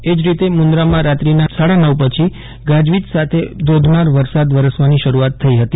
અેજ રીતે મુન્દ્રામાં રાત્રીના સાડા નવ પછી ગાજવીજ સાથે ધોધમાર વરસાદ વરસવાની શરૂઅાત થઇ ફતી